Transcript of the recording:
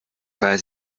weiß